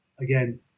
Again